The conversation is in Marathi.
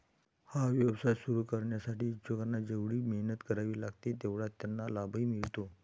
हा व्यवसाय सुरू करण्यासाठी इच्छुकांना जेवढी मेहनत करावी लागते तेवढाच त्यांना लाभही मिळतो